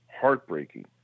heartbreaking